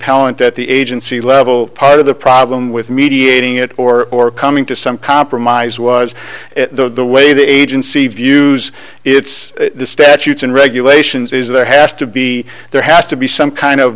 appellant at the agency level part of the problem with mediating it or or coming to some compromise was the way the agency views its statutes and regulations is there has to be there has to be some kind of